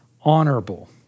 Honorable